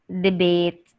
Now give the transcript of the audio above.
debate